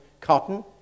cotton